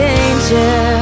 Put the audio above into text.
angel